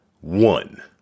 one